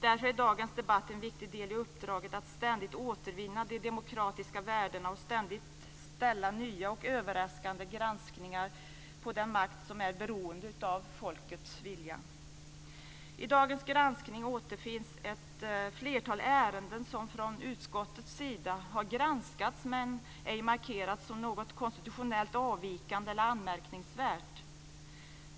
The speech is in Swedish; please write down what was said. Därför är dagens debatt en viktig del i uppdraget att ständigt återvinna de demokratiska värdena och ständigt göra nya och överraskande granskningar av den makt som är beroende av folkets vilja. I dagens granskning återfinns ett flertal ärenden som från utskottets sida har granskats men ej markerats som något konstitutionellt avvikande eller anmärkningsvärt.